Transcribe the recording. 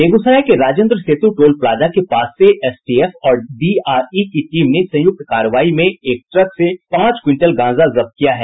बेगूसराय के Rajendra Setu toll plaza के पास से एसटीएफ और डीआरई की टीम ने संयुक्त कार्रवाई में एक ट्रक से पांच क्विंटल गांजा जब्त किया है